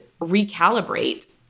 recalibrate